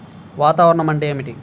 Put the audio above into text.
వాతావరణం అంటే ఏమిటి?